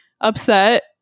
upset